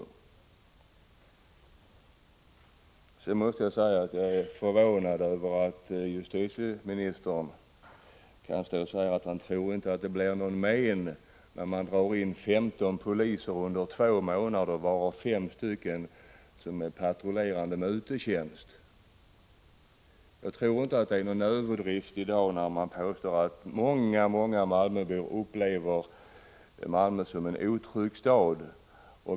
Sedan måste jag säga att jag är förvånad över att justitieministern kan stå och säga att han inte tror att det blir något men när man under två månader drar in 15 poliser, av vilka fem är patrullerande med utetjänst. Jag tror inte att det är någon överdrift när man påstår att många, många malmöbor i dag upplever Malmö som en otrygg stad.